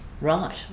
Right